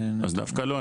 אז דווקא לא,